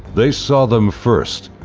they saw them first.